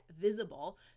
visible